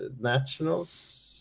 nationals